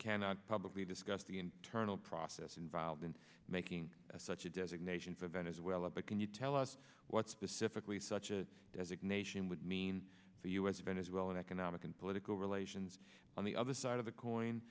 cannot publicly discuss the internal process involved in making such a designation for venezuela but can you tell us what specifically such a designation would mean for us venezuelan economic and political relations on the other side of the coin